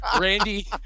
Randy